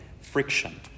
friction